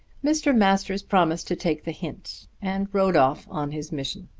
mr. masters promised to take the hint, and rode off on his mission.